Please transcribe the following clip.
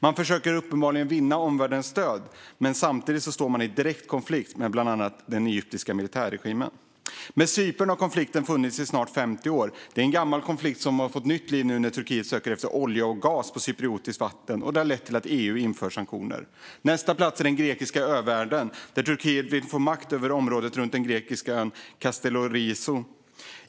Man försöker uppenbarligen vinna omvärldens stöd, men samtidigt står man i direkt konflikt med bland annat den egyptiska militärregimen. Med Cypern har konflikten funnits i snart 50 år. Det är en gammal konflikt som har fått nytt liv nu när Turkiet söker efter olja och gas på cypriotiskt vatten, vilket har lett till att EU infört sanktioner. Nästa plats är den grekiska övärlden, där Turkiet vill få makt över området runt den grekiska ön Kastellorizo.